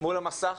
מול המסך,